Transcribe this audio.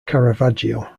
caravaggio